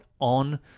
on